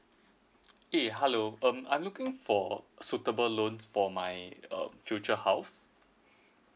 eh hello um I'm looking for a suitable loans for my uh future house